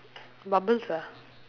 bubbles ah